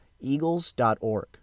eagles.org